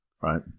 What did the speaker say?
Right